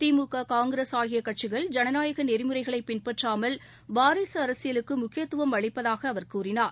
திமுக காங்கிரஸ் ஆகிய கட்சிகள் ஜனநாயக நெறிமுறைகளை பின்பற்றாமல் வாரிசு அரசியலுக்கு முக்கியத்துவம் அளிப்பதாக அவர் கூறினார்